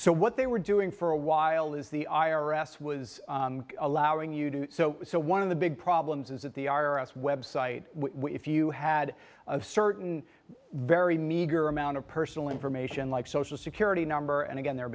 so what they were doing for a while is the i r s was allowing you to do so so one of the big problems is that the i r s web site if you had a certain very meager amount of personal information like social security number and again the